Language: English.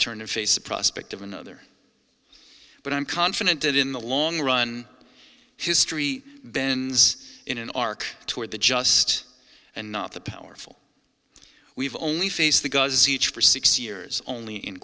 or face the prospect of another but i'm confident that in the long run history bends in an arc toward the just and not the powerful we've only face the gazi each for six years only in